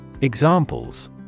Examples